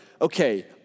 Okay